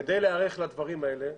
כדי להיערך לדברים האלה,